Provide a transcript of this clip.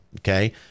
okay